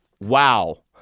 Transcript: Wow